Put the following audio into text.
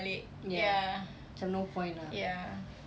ya macam no point ah